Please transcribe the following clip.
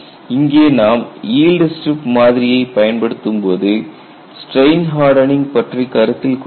இங்கே நாம் yield strip மாதிரியைப் பயன்படுத்தும்போது ஸ்டிரெயின் ஹர்டனிங் பற்றி கருத்தில் கொள்ளவில்லை